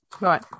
right